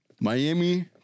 Miami